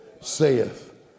saith